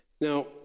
Now